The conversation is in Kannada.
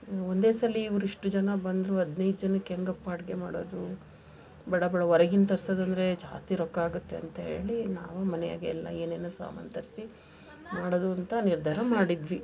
ಒಂದೇ ಸಲ ಇವರಿಷ್ಟು ಜನ ಬಂದರು ಹದಿನೈದು ಜನಕ್ಕೆ ಹೆಂಗಪ್ಪ ಅಡುಗೆ ಮಾಡೋದು ಬಡ ಬಡ ಹೊರಗಿಂದ ತರಿಸೋದಂದ್ರೆ ಜಾಸ್ತಿ ರೊಕ್ಕ ಆಗುತ್ತೆ ಅಂತ ಹೇಳಿ ನಾವು ಮನೆಯಾಗೆ ಎಲ್ಲ ಏನೇನೋ ಸಾಮಾನು ತರಿಸಿ ಮಾಡೋದು ಅಂತ ನಿರ್ಧಾರ ಮಾಡಿದ್ವಿ